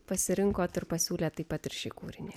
pasirinkote ir pasiūlė taip pat ir šį kūrinį